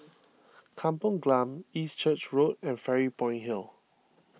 Kampong Glam East Church Road and Fairy Point Hill